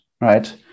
right